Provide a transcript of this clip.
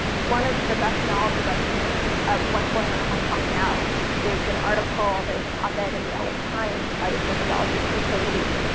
one of the best analysis i've seen of what's going on in hong kong now is an article that was an op ed in the la times by the sociologist, c k. lee.